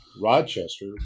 Rochester